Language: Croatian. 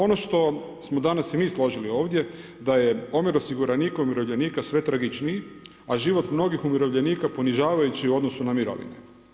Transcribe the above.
Ono što smo danas i mi složili ovdje, da je omjer osiguranika i umirovljenika sve tragičniji, a život mnogih umirovljenika ponižavajući u odnosu na mirovine.